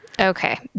Okay